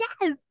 yes